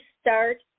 start